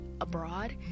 abroad